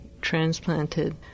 transplanted